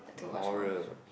horror